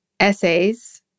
essays